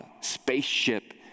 spaceship